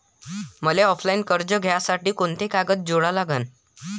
मले ऑफलाईन कर्ज घ्यासाठी कोंते कागद जोडा लागन?